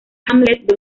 hamlet